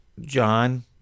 John